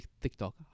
TikTok